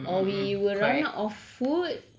mm mm mm mm mm mm mm correct